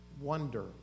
wonder